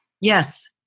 Yes